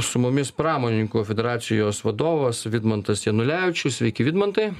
su mumis pramonininkų federacijos vadovas vidmantas janulevičius sveiki vidmantai